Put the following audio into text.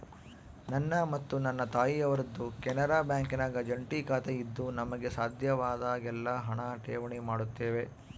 ನನ್ನ ಮತ್ತು ನನ್ನ ತಾಯಿಯವರದ್ದು ಕೆನರಾ ಬ್ಯಾಂಕಿನಾಗ ಜಂಟಿ ಖಾತೆಯಿದ್ದು ನಮಗೆ ಸಾಧ್ಯವಾದಾಗೆಲ್ಲ ಹಣ ಠೇವಣಿ ಮಾಡುತ್ತೇವೆ